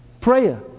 Prayer